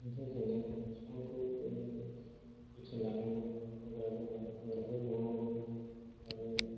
बेनि थाखायनो बिफांखौ गायनानै जोथोन लानांगौ हाग्रा जाबा हाग्राखौ जावनांगौ आरो